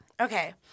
Okay